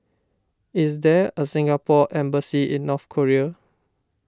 is there a Singapore Embassy in North Korea